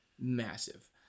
massive